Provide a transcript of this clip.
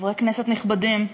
חברי כנסת נכבדים,